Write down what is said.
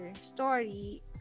story